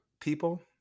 people